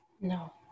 No